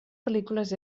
pel·lícules